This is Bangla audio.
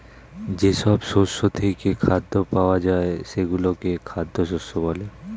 যেসব শস্য থেকে খাদ্য পাওয়া যায় সেগুলোকে খাদ্য শস্য বলে